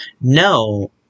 No